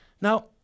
Now